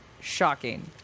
Shocking